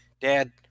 Dad